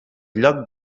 lloc